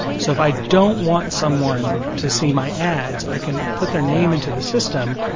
so if i don't want someone to see my ads, i can put their name into the system,